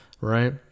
right